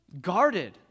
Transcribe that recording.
guarded